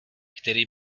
který